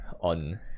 on